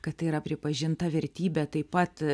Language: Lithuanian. kad tai yra pripažinta vertybė taip pat